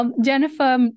Jennifer